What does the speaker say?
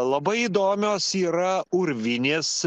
labai įdomios yra urvinės